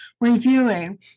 reviewing